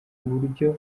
uburyo